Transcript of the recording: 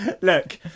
look